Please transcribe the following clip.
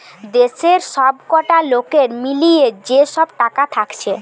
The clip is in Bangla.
দেশের সবকটা লোকের মিলিয়ে যে সব টাকা থাকছে